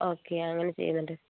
okay അങ്ങനെ ചെയ്യുന്നുണ്ട്